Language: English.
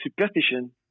superstition